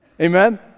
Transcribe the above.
Amen